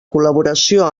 col·laboració